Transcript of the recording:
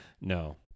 No